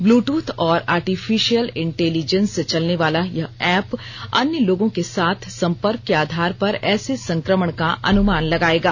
Bluetooth और artificial intelligence से चलने वाला यह ऐप अन्य लोगों के साथ संपर्क के आधार पर ऐसे संक्रमण का अनुमान लगायेगा